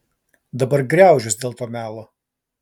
dabar griaužiuos dėl to melo